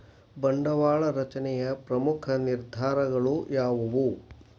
ಬಂಡವಾಳ ರಚನೆಯ ಪ್ರಮುಖ ನಿರ್ಧಾರಕಗಳು ಯಾವುವು